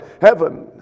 heaven